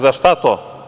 Za šta to?